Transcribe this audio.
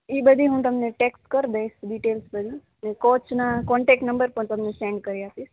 એ બધી હું તમને ચેક કરી દઇશ ડિટેલ્સ બધી ને કોચના કોન્ટેક નંબર પણ સેન્ડ કરી આપીસ